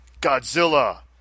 Godzilla